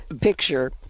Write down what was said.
picture